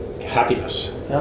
happiness